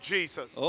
Jesus